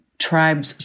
tribe's